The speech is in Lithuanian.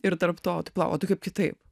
ir tarp to tipo o tu kaip kitaip